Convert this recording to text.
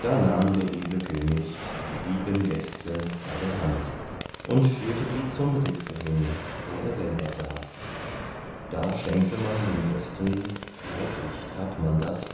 da nahm der edle könig die lieben gäste bei der hand und führte sie zum sitze hin wo er selber saß da schenkte man den gästen fleißig tat man das